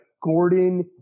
Gordon